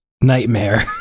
nightmare